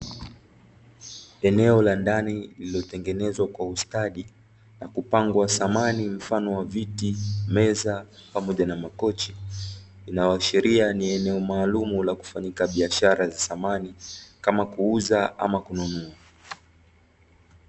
Eneo la ndani lililotengenezwa kwa ustadi na kupangwa samani mfano wa viti, meza pamoja na makochi inayoashiria ni eneo maalumu la kufanyika biashara za samani, kama kuuza ama kununua.